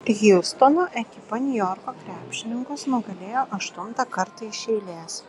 hjustono ekipa niujorko krepšininkus nugalėjo aštuntą kartą iš eilės